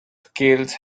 scales